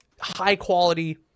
high-quality